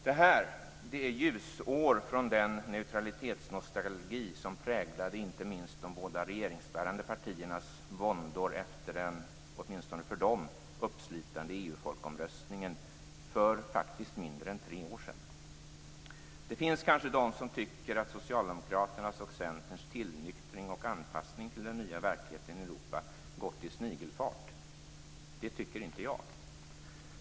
Det här är ljusår från den neutralitetsnostalgi som präglade inte minst de båda regeringsbärande partiernas våndor efter den åtminstone för dem uppslitande EU-folkomröstningen för - faktiskt - mindre än tre år sedan. Det finns kanske de som tycker att Socialdemokraternas och Centerns tillnyktring och anpassning till den nya verkligheten i Europa har gått i snigelfart. Det tycker inte jag.